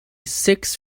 six